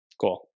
Cool